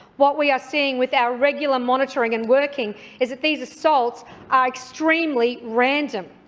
what we are seeing with our regular monitoring and working is that these assaults are extremely random.